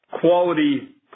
quality